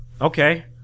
Okay